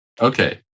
Okay